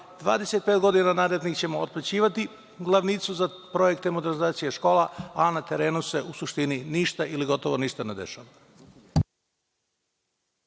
25 godina narednih ćemo otplaćivati glavnicu za projekte modernizacije škola, a na terenu se u suštini ništa ili gotovo ništa ne dešava.